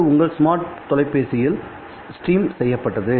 அது உங்கள் ஸ்மார்ட் தொலைபேசியில் ஸ்ட்ரீம் செய்யப்பட்டது